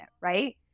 right